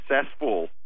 successful